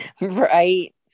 Right